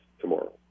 tomorrow